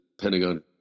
Pentagon